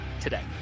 today